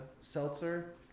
seltzer